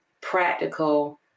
practical